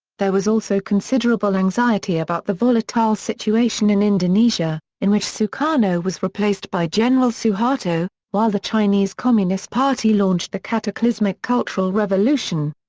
there was also considerable anxiety about the volatile situation in indonesia, in which sukarno was replaced by general suharto, while the chinese communist party launched the cataclysmic cultural revolution.